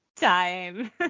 time